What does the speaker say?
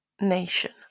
nation